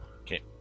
okay